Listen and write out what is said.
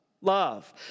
Love